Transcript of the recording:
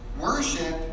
Worship